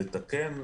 מחד.